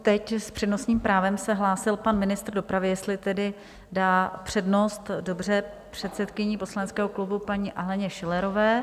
Teď s přednostním právem se hlásil pan ministr dopravy, jestli tedy dá přednost , dobře, předsedkyni poslaneckého klubu paní Aleně Schillerové.